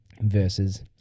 versus